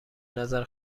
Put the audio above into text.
نظر